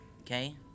Okay